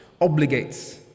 obligates